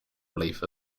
relief